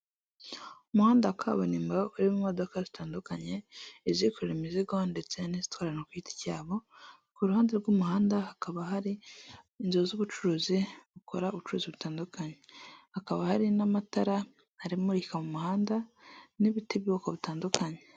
Umuhanda wa kaburimbo urimo imodoka zitandukanye, izikorera imizigo ndetse n'izitwara abantu ku giti cyabo. Ku ruhande rw'umuhanda hakaba hari inzu z'ubucuruzi zikora ucuruzi butandukanye. Hakaba hari n'amatara amurika mu muhanda n'ibiti by'ubwoko butandukanye.